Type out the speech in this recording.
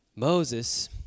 Moses